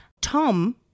Tom